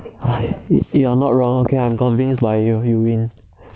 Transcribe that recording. you are not wrong I am convinced lah you win